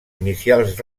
inicials